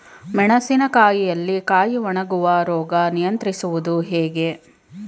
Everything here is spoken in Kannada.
ಮೆಣಸಿನ ಕಾಯಿಯಲ್ಲಿ ಕಾಯಿ ಒಣಗುವ ರೋಗ ನಿಯಂತ್ರಿಸುವುದು ಹೇಗೆ?